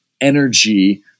energy